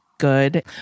good